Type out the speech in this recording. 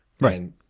Right